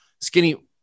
Skinny